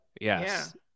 yes